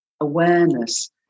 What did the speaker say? awareness